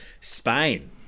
Spain